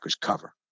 cover